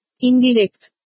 Indirect